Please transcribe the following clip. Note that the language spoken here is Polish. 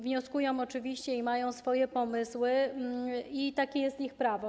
Wnioskują oczywiście, mają swoje pomysły, takie jest ich prawo.